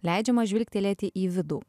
leidžiama žvilgtelėti į vidų